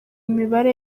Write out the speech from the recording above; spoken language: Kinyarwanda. imibare